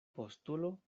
postulo